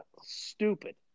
Stupid